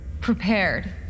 Prepared